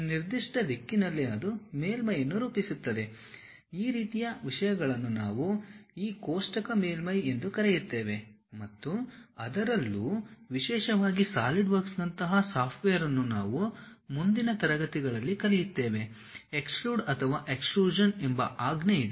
ನಿರ್ದಿಷ್ಟ ದಿಕ್ಕಿನಲ್ಲಿ ಅದು ಮೇಲ್ಮೈಯನ್ನು ರೂಪಿಸುತ್ತದೆ ಈ ರೀತಿಯ ವಿಷಯಗಳನ್ನು ನಾವು ಈ ಕೋಷ್ಟಕ ಮೇಲ್ಮೈ ಎಂದು ಕರೆಯುತ್ತೇವೆ ಮತ್ತು ಅದರಲ್ಲೂ ವಿಶೇಷವಾಗಿ ಸಾಲಿಡ್ವರ್ಕ್ಸ್ನಂತಹ ಸಾಫ್ಟ್ವೇರ್ ಅನ್ನು ನಾವು ಮುಂದಿನ ತರಗತಿಗಳಲ್ಲಿ ಕಲಿಯುತ್ತೇವೆ ಎಕ್ಸ್ಟ್ರೂಡ್ ಅಥವಾ ಎಕ್ಸ್ಟ್ರೂಷನ್ ಎಂಬ ಆಜ್ಞೆ ಇದೆ